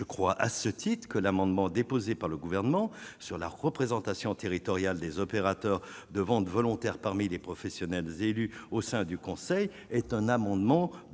je crois, à ce titre que l'amendement déposé par le gouvernement sur la représentation territoriale des opérateurs de ventes volontaires parmi les professionnels, élus au sein du Conseil est un amendement de